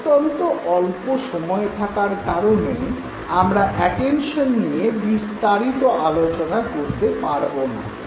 অত্যন্ত অল্প সময় থাকার কারনে আমরা অ্যাটেনশন নিয়ে বিস্তারিত আলোচনা করতে পারব না